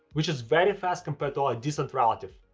which is very fast compared to our distant relative,